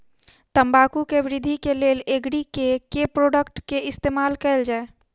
तम्बाकू केँ वृद्धि केँ लेल एग्री केँ के प्रोडक्ट केँ इस्तेमाल कैल जाय?